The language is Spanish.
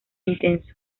intenso